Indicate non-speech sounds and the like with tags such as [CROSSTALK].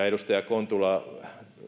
[UNINTELLIGIBLE] edustaja kontula